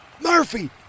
Murphy